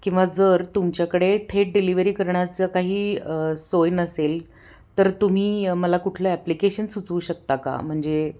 किंवा जर तुमच्याकडे थेट डिलिवरी करण्याचं काही सोय नसेल तर तुम्ही मला कुठलं ॲप्लिकेशन सुचवू शकता का म्हणजे